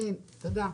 מיכל וולדיגר, בבקשה.